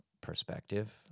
perspective